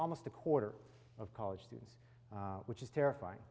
almost a quarter of college students which is terrifying